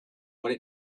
what